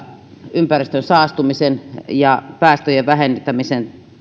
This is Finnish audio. ympäristön saastumisen ja päästöjen